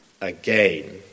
again